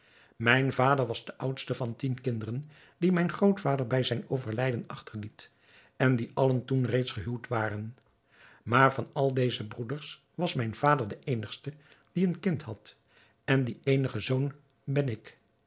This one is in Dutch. mijn vader was de oudste van tien kinderen die mijn grootvader bij zijn overlijden achterliet en die allen toen reeds gehuwd waren maar van al deze broeders was mijn vader de eenigste die een kind had en die eenige zoon ben ik